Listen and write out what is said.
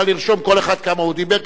כל אחד כמה הוא דיבר,